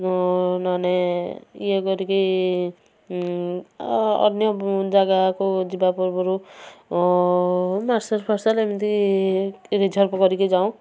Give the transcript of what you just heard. ନ ନହେଲେ ଇଏ କରିକି ଅନ୍ୟ ଜାଗାକୁ ଯିବା ପୂର୍ବରୁ ମାର୍ସଲ ଫାର୍ସଲ ଏମିତି ରିଜର୍ଭ କରିକି ଯାଉଁ